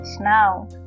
now